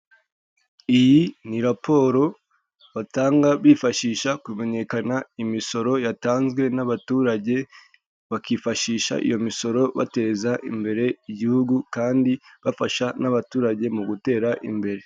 Iyi ni raporo batanga bifashisha kumenyekana imisoro yatanzwe n'abaturage, bakifashisha iyo misoro bateza imbere igihugu kandi bafasha n'abaturage mu gutera imbere.